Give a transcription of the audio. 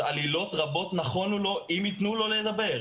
עלילות רבות נכונו לו אם יתנו לו לדבר,